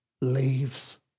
leaves